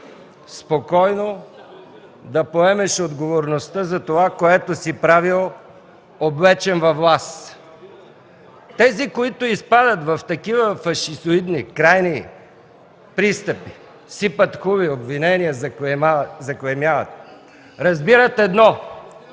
спокойно да поемеш отговорността за това, което си правил, облечен във власт. Тези, които изпадат във фашизоидни, крайни пристъпи, сипят хули, обвинения, заклеймяват, разбират едно